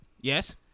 Yes